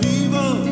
evil